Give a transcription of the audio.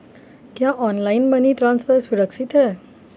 क्या online money transfer सुरक्षित है?